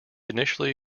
initially